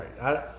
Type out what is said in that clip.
right